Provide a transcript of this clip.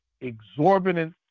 exorbitant